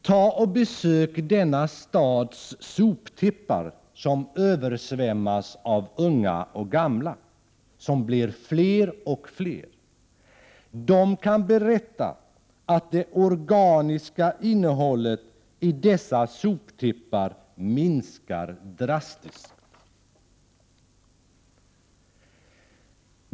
Ta då och besök denna stads soptippar, som översvämmas av unga och gamla, som blir fler och fler. De kan berätta att det organiska innehållet i dessa soptippar minskar drastiskt.